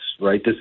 right